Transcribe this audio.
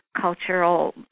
cultural